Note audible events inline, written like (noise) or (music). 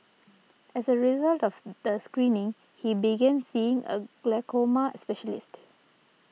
as a result of (hesitation) the screening he began seeing a glaucoma specialist